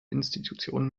institution